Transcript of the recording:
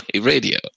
radio